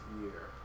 year